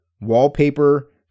wallpaper